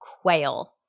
quail